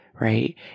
right